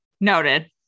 Noted